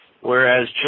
Whereas